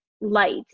light